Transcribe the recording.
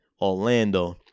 Orlando